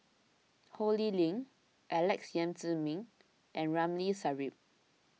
Ho Lee Ling Alex Yam Ziming and Ramli Sarip